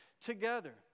together